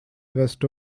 west